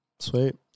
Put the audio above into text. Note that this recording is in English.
Sweet